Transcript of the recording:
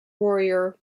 warrior